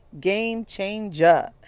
game-changer